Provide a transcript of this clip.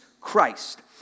Christ